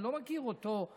אני לא מכיר אותו קודם.